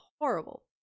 horrible